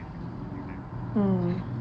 mm